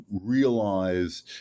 realize